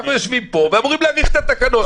אנחנו יושבים פה ואמורים להעביר את התקנות.